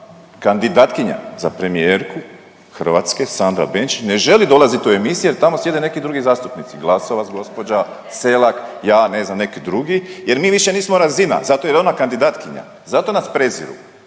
kandidatkinja za premijerku Hrvatska Sandra Benčić ne želi dolaziti u emisije jer tamo sjede neki drugi zastupnici Glasovac gospođa Selak, ja, ne znam neki drugi jer mi više nismo razina zato jer je ona kandidatkinja zato nas preziru.